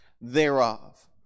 thereof